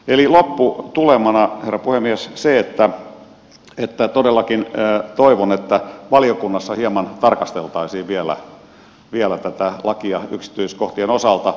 eli lopputulemana herra puhemies se että todellakin toivon että valiokunnassa hieman tarkasteltaisiin vielä tätä lakia yksityiskohtien osalta